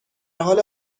حال